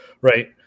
right